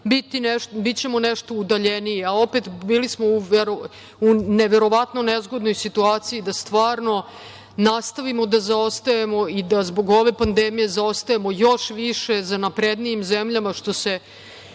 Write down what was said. bićemo nešto udaljeniji, a opet bili smo u neverovatno nezgodnoj situaciji da nastavimo da zaostajemo i da zbog ove pandemije zaostajemo još više za naprednijim zemljama, što se,